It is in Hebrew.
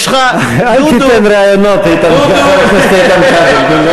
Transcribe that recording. יש לך, אל תיתן רעיונות, חבר הכנסת איתן כבל.